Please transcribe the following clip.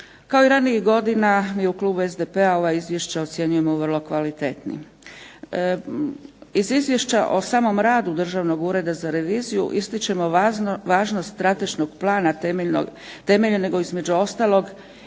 Kao i ranijih godina mi u klubu SDP-a ova izvješća ocjenjujemo vrlo kvalitetnim. Iz Izvješća o samom radu Državnog ureda za reviziju ističemo važnost strateškog plana temeljenog između ostalog i na